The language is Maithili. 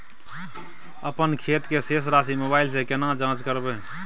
अपन खाता के शेस राशि मोबाइल से केना जाँच करबै?